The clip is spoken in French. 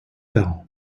parents